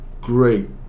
great